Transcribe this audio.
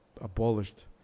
abolished